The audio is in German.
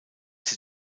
sie